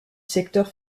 secteur